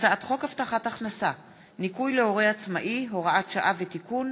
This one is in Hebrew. הצעת חוק הבטחת הכנסה (ניכוי להורה עצמאי הוראת שעה ותיקון),